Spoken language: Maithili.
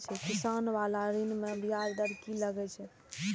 किसान बाला ऋण में ब्याज दर कि लागै छै?